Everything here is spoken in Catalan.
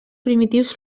primitius